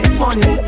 money